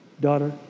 daughter